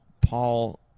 Paul